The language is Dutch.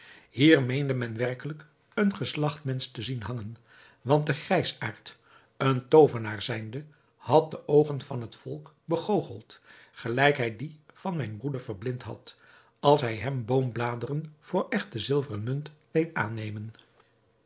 meende men werkelijk een geslacht mensch te zien hangen want de grijsaard een toovenaar zijnde had de oogen van het volk begoocheld gelijk hij die van mijn broeder verblind had als hij hem boombladeren voor echte zilveren munt deed aannemen